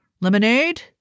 Lemonade